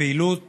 לפעילות